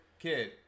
kid